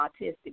autistic